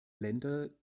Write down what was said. länder